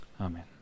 Amen